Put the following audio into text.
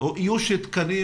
איוש תקנים,